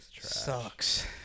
Sucks